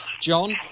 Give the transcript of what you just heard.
John